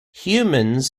humans